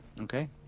Okay